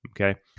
Okay